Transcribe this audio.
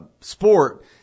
sport